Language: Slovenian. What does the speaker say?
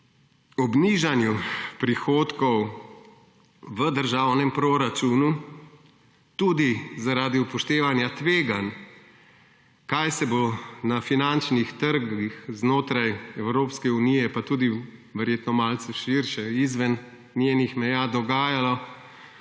ob nižanju prihodkov v državnem proračunu tudi zaradi upoštevanja tveganj, kaj se bo na finančnih trgih znotraj Evropske unije, pa tudi verjetno malce širše, izven njenih meja dogajalo